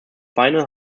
final